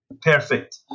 perfect